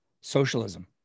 socialism